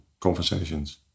conversations